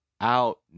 out